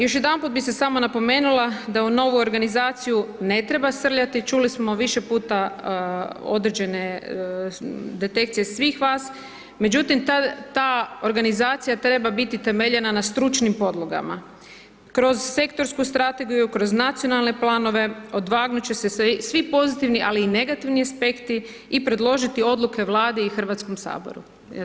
Još jedanput bi se samo napomenula da u novu organizaciju ne treba srljati, čuli smo više puta određene detekcije svih vas, međutim ta organizacija treba biti temeljena na stručnim podlogama, kroz sektorsku strategiju, kroz nacionalne planove odvagnut će se svi pozitivni ali i negativni aspekti i predložiti odluke Vlade i Hrvatskom saboru.